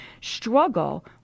struggle